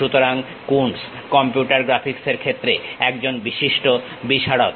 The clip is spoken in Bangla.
সুতরাং কুনস কম্পিউটার গ্রাফিক্সের ক্ষেত্রে একজন বিশিষ্ট বিশারদ